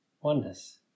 oneness